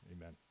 Amen